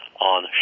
on